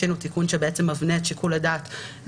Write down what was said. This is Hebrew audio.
הנסיבות הן שככל שזה יותר בתקשורת רף הענישה